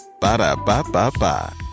Ba-da-ba-ba-ba